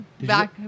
back